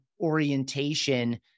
orientation